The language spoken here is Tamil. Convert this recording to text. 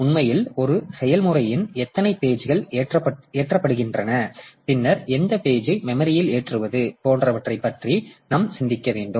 உண்மையில் ஒரு செயல்முறையின் எத்தனை பேஜ்கள் ஏற்றப்படுகின்றன பின்னர் எந்த பேஜ் ஐ மெமரியில் ஏற்றுவது போன்றவற்றைப் பற்றி நாம் சிந்திக்க வேண்டும்